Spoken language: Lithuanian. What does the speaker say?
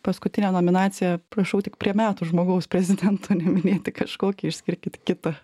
paskutinė nominacija prašau tik prie metų žmogaus prezidento neminėti kažkokį išskirkit kitą